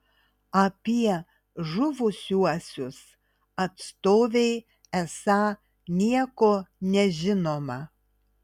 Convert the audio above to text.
apie žuvusiuosius atstovei esą nieko nežinoma